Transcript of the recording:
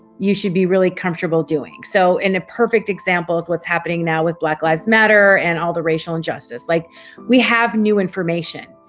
you should be really comfortable doing. so in a perfect example is what's happening now with black lives matter and all the racial injustice. like we have new information,